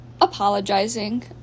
apologizing